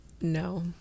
No